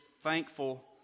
thankful